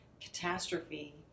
catastrophe